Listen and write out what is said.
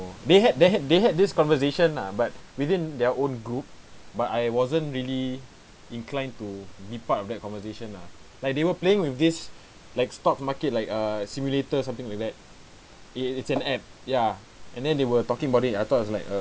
know they had they had they had this conversation lah but within their own group but I wasn't really inclined to be part of that conversation lah like they were playing with this like stock market like a simulator something like that it it it's an app ya and then they were talking about it I thought it's like a